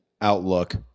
outlook